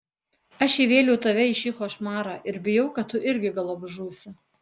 aš įvėliau tave į šį košmarą ir bijau kad tu irgi galop žūsi